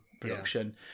production